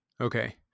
Okay